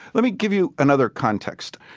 let me give you another context.